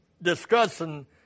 discussing